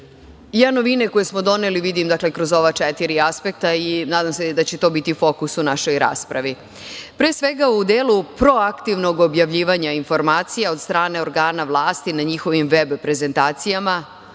Novine koje smo doneli vidim kroz ova četiri aspekta, i nadam se da će to biti fokus u našoj raspravi. Pre svega, u delu proaktivnog objavljivanja informacija od strane organa vlasti na njihovim veb prezentacijama